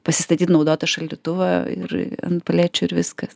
pasistatyt naudotą šaldytuvą ir ant palečių ir viskas